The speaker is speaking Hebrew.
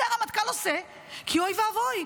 כי אוי ואבוי,